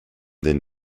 then